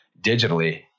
digitally